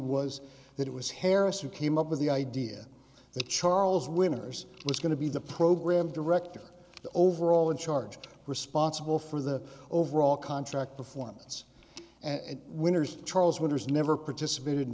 was that it was harris who came up with the idea that charles winners was going to be the program director the overall in charge responsible for the overall contract performance and winners charles winners never participated